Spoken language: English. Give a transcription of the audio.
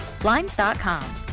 Blinds.com